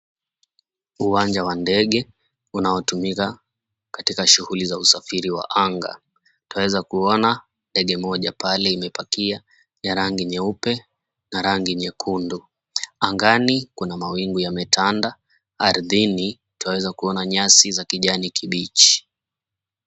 Uwanja wa ndege unaotumika katika shughuli za usafiri wa anga. Twaweza kuona ndege moja pale imepakiwa ya rangi nyeupe na rangi nyekundu. Angani kuna mawingu yametanda, ardhini twaweza kuona nyasi za kijani kibichi.